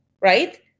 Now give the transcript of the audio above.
right